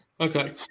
Okay